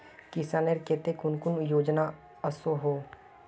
किसानेर केते कुन कुन योजना ओसोहो?